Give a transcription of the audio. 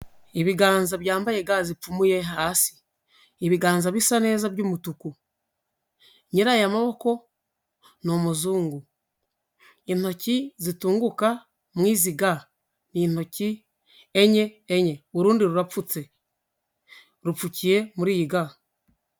Ibiganza byambaye ga zipfumuye hasi, ibiganza bisa neza by'umutuku, nyira aya maboko ni umuzungu, intoki zitunguka mwiziga intoki enye enye, urundi rurapfutse rupfukiye muri iyi ga.